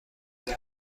اگر